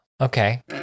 Okay